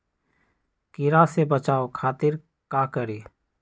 कीरा से बचाओ खातिर का करी?